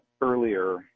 earlier